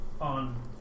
on